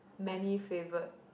many flavored